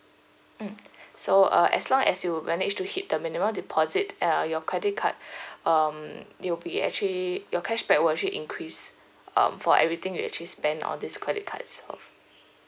mm so uh as long as you manage to hit the minimum deposit err your credit card um it will be actually your cashback will actually increase um for everything you actually spend on this credit card itself